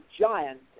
giant